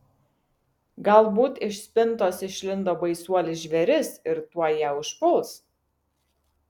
galbūt iš spintos išlindo baisuolis žvėris ir tuoj ją užpuls